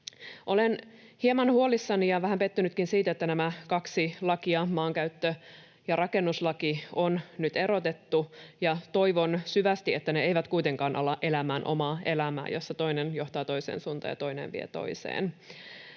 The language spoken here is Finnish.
Olen hieman huolissani ja vähän pettynytkin siitä, että nämä kaksi lakia, maankäyttö- ja rakennuslaki, on nyt erotettu, ja toivon syvästi, että ne eivät kuitenkaan ala elämään omaa elämää, jossa toinen johtaa toiseen suuntaan ja toinen vie toiseen.